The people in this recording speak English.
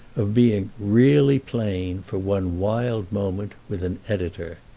of being really plain, for one wild moment, with an editor.